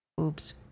oops